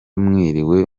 mwiriwe